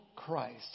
Christ